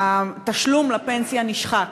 התשלום לפנסיה נשחק.